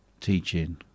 teaching